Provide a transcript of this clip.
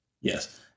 Yes